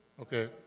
Okay